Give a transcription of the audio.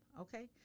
Okay